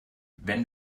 wenn